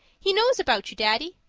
he knows about you, daddy.